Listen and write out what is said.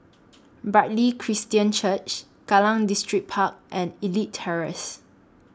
Bartley Christian Church Kallang Distripark and Elite Terrace